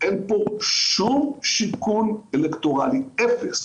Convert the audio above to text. אין פה שום שיקול אלקטורלי, אפס.